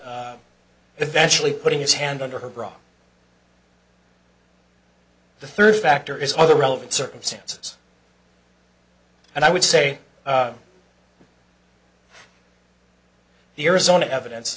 vault eventually putting his hand under her bra the third factor is all the relevant circumstances and i would say the arizona evidence